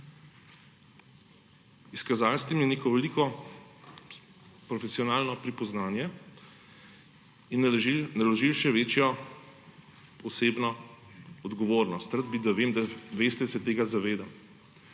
Izkazali ste mi neko veliko profesionalno pripoznanje in naložili še večjo osebno odgovornost. Rad bi, da veste, da se tega zavedam.